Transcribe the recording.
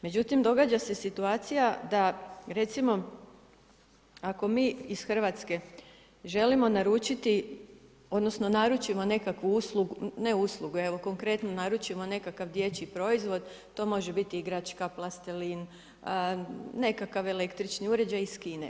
Međutim, događa se situacija, da recimo, ako mi iz Hrvatske želimo naručiti, odnosno, naručimo nekakvu uslugu, ne uslugu, konkretno, naručimo nekakav dječji proizvod, to može biti igračka, plastelin, nekakav električni uređaj iz Kine.